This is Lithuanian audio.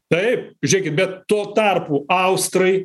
taip žiūrėkit bet tuo tarpu austrai